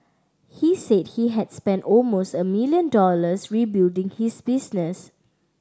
he said he had spent almost a million dollars rebuilding his business